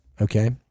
Okay